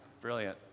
Brilliant